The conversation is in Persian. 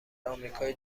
آمریکای